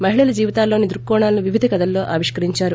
మహిళల జీవితాల్లోని దృక్కోణాలను వివిధ కథల్లో ఆవిష్కరించారు